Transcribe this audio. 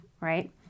right